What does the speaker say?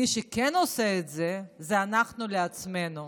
מי שכן עושה את זה זה אנחנו לעצמנו.